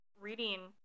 reading